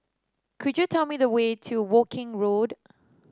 could you tell me the way to Woking Road